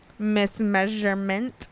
mismeasurement